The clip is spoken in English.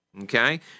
okay